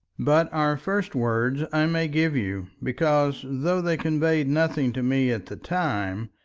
but our first words i may give you, because though they conveyed nothing to me at the time,